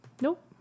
Nope